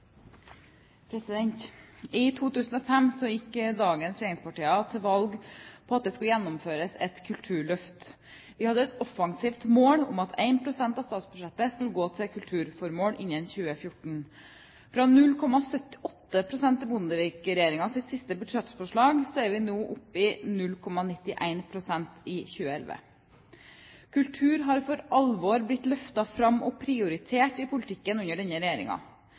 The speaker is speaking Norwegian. I 2005 gikk dagens regjeringspartier til valg på at det skulle gjennomføres et kulturløft. Vi hadde et offensivt mål om at 1 pst. av statsbudsjettet skulle gå til kulturformål innen 2014. Fra 0,78 pst. i Bondevik-regjeringens siste budsjettforslag er vi nå oppe i 0,91 pst. i 2011. Kultur har for alvor blitt løftet fram og prioritert i politikken under denne